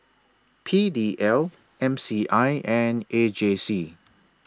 P D L M C I and A J C